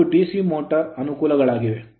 ಇವು DC motor motor ಗೆ ಅನುಕೂಲಗಳಾಗಿವೆ